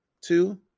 two